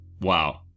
Wow